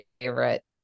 favorite